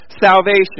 salvation